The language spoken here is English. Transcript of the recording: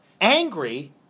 angry